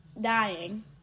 dying